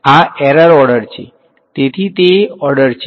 આ error order છે તેથી તે ઓર્ડર છે